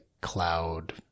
cloud